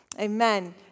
amen